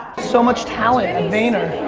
so much talent at and vayner.